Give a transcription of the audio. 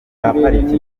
pariki